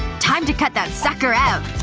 time to cut that sucker out.